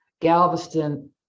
Galveston